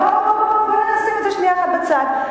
אבל בוא נשים את זה שנייה אחת בצד,